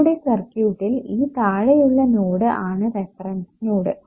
നമ്മുടെ സർക്യൂട്ടിൽ ഈ താഴെയുള്ള നോഡ് ആണ് റഫറൻസ് നോഡ്